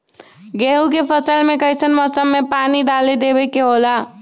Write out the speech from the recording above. गेहूं के फसल में कइसन मौसम में पानी डालें देबे के होला?